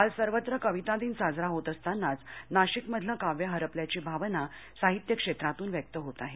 काल सर्वत्र कविता दिन साजरा होत असतानाच नाशिमधलं काव्य हरपल्याची भावना साहित्य क्षेत्रातून व्यक्त होत आहे